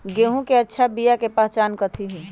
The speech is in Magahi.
गेंहू के अच्छा बिया के पहचान कथि हई?